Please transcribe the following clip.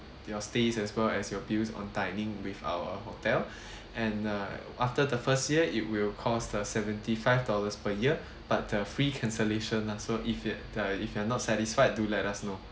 your stays as well as your bills on dining with our hotel and uh after the first year it will cost uh seventy five dollars per year but uh free cancellation lah so if it uh if you're not satisfied do let us know